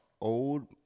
old –